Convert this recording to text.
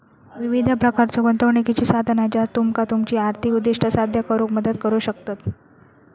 विविध प्रकारच्यो गुंतवणुकीची साधना ज्या तुमका तुमची आर्थिक उद्दिष्टा साध्य करुक मदत करू शकतत